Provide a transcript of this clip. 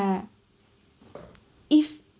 if